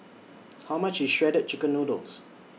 How much IS Shredded Chicken Noodles